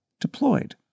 deployed